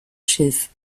schilf